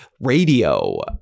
radio